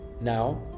Now